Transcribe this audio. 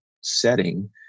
setting